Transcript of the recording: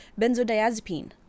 Benzodiazepine